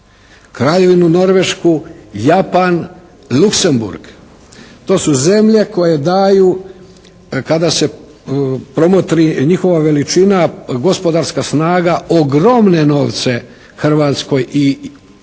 Kraljevinu Norvešku, Japan, Luxembourg, to su zemlje koje daju kada se promotri njihova veličina gospodarska snaga ogromne novce Hrvatskoj i jako